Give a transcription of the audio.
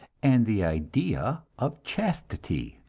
and the idea of chastity,